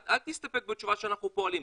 אל תסתפק בתשובה "אנחנו פועלים".